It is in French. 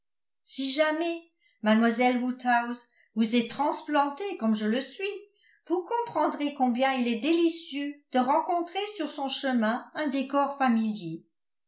si jamais mademoiselle woodhouse vous êtes transplantée comme je le suis vous comprendrez combien il est délicieux de rencontrer sur son chemin un décor familier